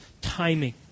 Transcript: timing